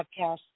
podcast